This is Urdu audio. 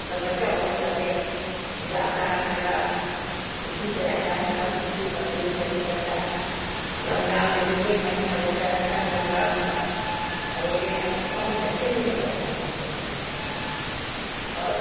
سب بچہ بہت زیادہ جاگتا ہے بھر رات خوشی سے رہتا ہے سب خوشی بقر عید میں بھی کرتا ہے رمضان میں بھی ایک مہینہ روزہ رہتا ہے رمضان کا اور روزے میں بہت اچھے سے سب رہ جاتا ہے روزہ ایک مہینہ اور